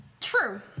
True